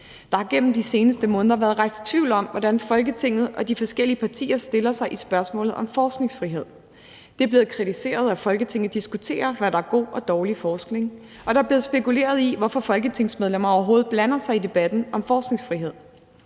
Der har gennem de seneste måneder været rejst tvivl om, hvordan Folketinget og de forskellige partier stiller sig i spørgsmålet om forskningsfrihed. Det er blevet kritiseret, at Folketinget diskuterer, hvad der er god og dårlig forskning, og der er blevet spekuleret i, hvorfor folketingsmedlemmer overhovedet blander sig i debatten om forskningsfrihed.